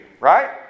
Right